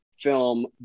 film